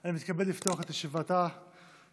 אני מתכבד לפתוח את ישיבת הכנסת.